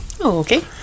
okay